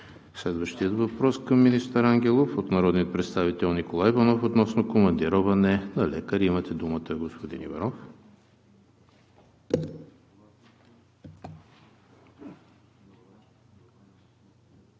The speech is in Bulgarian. Следващият въпрос към министър Ангелов е от народния представител Николай Иванов относно командироване на лекари. Имате думата, господин Иванов.